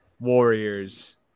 Warriors